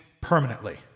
permanently